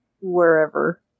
wherever